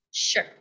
sure